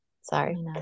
Sorry